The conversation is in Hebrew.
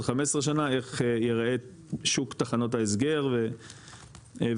15 שנה איך ייראה שוק תחנות ההסגר וכו',